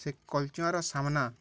ସେ କଲଚର ସାମ୍ନା